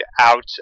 out